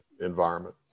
environment